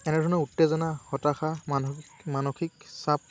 এনেধৰণৰ উত্তেজনা হতাশা মান মানসিক চাপ